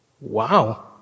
Wow